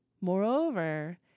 Moreover